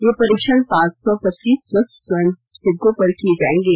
ये परीक्षण पांच सौ पच्चीस स्वस्थ स्वयं सेवकों पर किये जायेंगे